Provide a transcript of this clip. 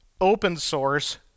open-source